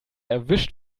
erwischt